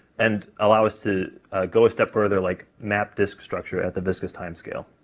and allow us to go a step further, like map disk structure at the viscous timescale.